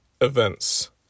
events